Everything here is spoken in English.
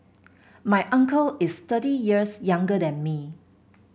my uncle is thirty years younger than me